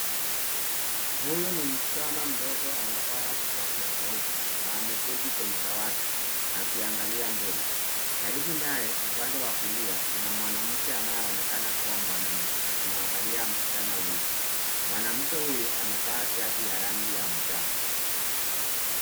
Huyu ni msichana mdogo amevaa vipokea sauti na ameketi kwenye dawati akiangalia mbele, karibu naye upande wa kulia kuna mwanamke anayeonekana kuwa mwalimu akimwagalia msichana huyu. Mwanamke huyu amevaa shati ya rangi ya njano.